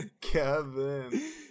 Kevin